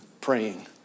praying